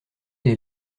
est